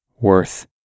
worth